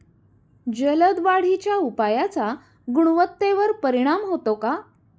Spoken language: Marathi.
जलद वाढीच्या उपायाचा गुणवत्तेवर परिणाम होतो का?